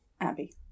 Abby